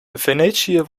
venetië